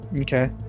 Okay